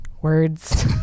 words